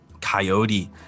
Coyote